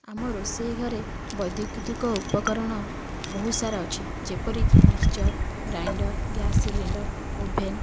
ଆମ ରୋଷେଇ ଘରେ ବୈଦ୍ୟୁତିକ ଉପକରଣ ବହୁତ ସାରା ଅଛି ଯେପରିକି mixture grinder gas cylinder oven